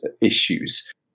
issues